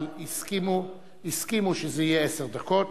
אבל הסכימו שזה יהיה עשר דקות.